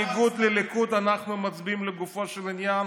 בניגוד לליכוד אנחנו מצביעים לגופו של עניין,